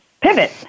pivot